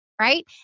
right